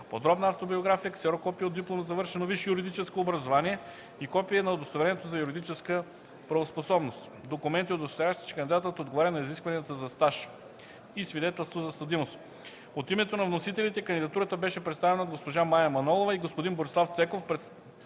подробна автобиография; - ксерокопие от диплома за завършено висше юридическо образование и копие на удостоверението за юридическа правоспособност; - документи, удостоверяващи, че кандидатът отговаря на изискванията за стаж; - свидетелство за съдимост. От името на вносителите кандидатурата беше представена от госпожа Мая Манолова и господин Борислав Цеков,